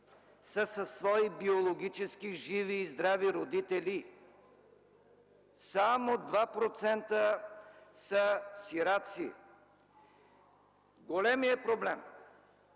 са със свои биологически живи и здрави родители. Само 2% са сираци. Големият проблем,